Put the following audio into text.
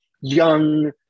young